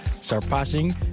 surpassing